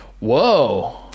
Whoa